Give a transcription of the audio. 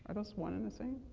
are those one in the same?